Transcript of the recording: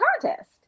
contest